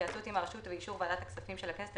בהתייעצות עם הרשות ובאישור ועדת הכספים של הכנסת,